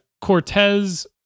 Cortez